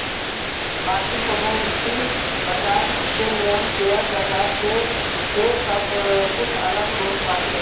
बाकी कमोडिटी बाजार के नियम शेयर बाजार से कुछ अलग होत बाटे